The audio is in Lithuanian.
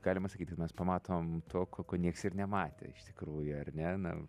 galima sakyt kad mes pamatom to ko ko nieks ir nematė iš tikrųjų ar ne na